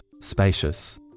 spacious